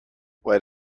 what